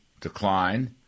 decline